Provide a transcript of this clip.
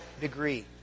degree